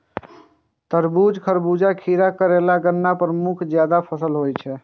तरबूज, खरबूजा, खीरा, करेला, गन्ना प्रमुख जायद फसल होइ छै